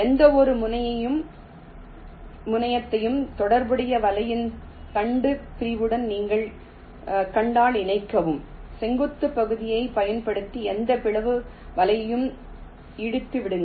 எந்தவொரு முனையத்தையும் தொடர்புடைய வலையின் தண்டுப் பிரிவுடன் நீங்கள் கண்டால் இணைக்கவும் செங்குத்துப் பகுதியைப் பயன்படுத்தி எந்த பிளவு வலையையும் இடிந்து விடுங்கள்